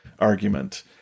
argument